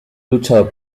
luchador